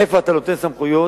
איפה אתה נותן סמכויות